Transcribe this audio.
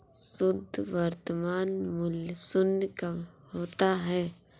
शुद्ध वर्तमान मूल्य शून्य कब होता है?